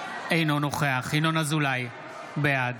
אינו נוכח ינון אזולאי, בעד